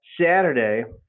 Saturday